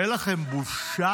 אין לכם בושה?